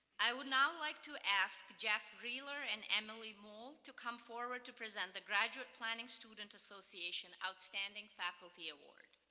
i would now like to ask jeff rehler and emily moll to come forward to present the graduate planning student association outstanding faculty award.